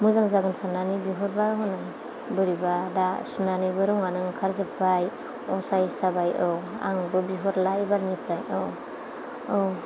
मोजां जागोन साननानै बिहरबाय हनै बोरैबा दा सुनानैबो रङानो ओंखारजोबबाय असाइस जाबाय औ आंबो बिहरला एबारनिफ्राय औ औ